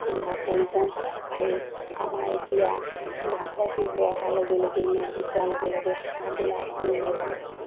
আমাৰ প্ৰয়োজন হয় আৰু আমাৰ এতিয়া মাঘৰ বিহু অহাৰ লগে লগে মেজি পোৱাৰ লগে লগে হাঁহবিলাক আমি মেজি ঘৰত